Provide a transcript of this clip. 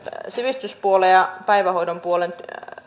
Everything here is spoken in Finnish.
sivistyspuolen ja päivähoidon puolen